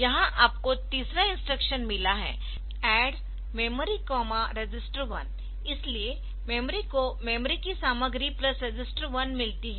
यहां आपको तीसरा इंस्ट्रक्शन मिला है ADD memory register 1 ADD memory register1 इसलिए मेमोरी को मेमोरी की सामग्री प्लस रजिस्टर 1 मिलती है